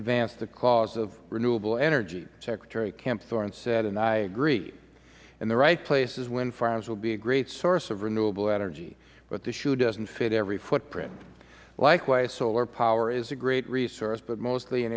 advance the cause of renewable energy secretary kempthorne said and i agree in the right places wind farms will be a great source of renewable energy but the shoe doesn't fit every footprint likewise solar power is a great resource but mostly in